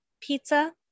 pizza